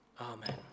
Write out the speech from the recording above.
Amen